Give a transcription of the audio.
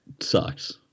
Sucks